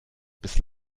bis